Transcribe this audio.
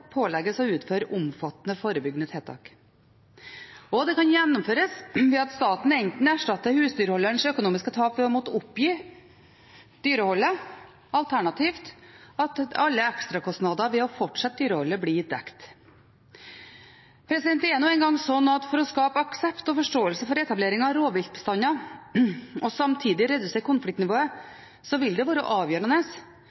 pålegges å utføre omfattende forebyggende tiltak. Det kan gjennomføres ved at staten erstatter husdyrholderens økonomiske tap ved å måtte oppgi dyreholdet, alternativt at alle ekstrakostnader ved å fortsette dyreholdet blir dekt. Det er nå engang slik at for å skape aksept og forståelse for etablering av rovviltbestander og samtidig redusere konfliktnivået vil det være avgjørende